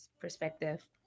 perspective